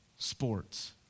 Sports